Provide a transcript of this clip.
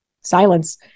silence